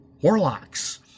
warlocks